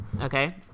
Okay